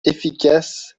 efficace